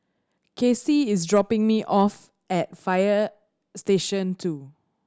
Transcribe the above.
Kacy is dropping me off at Fire Station two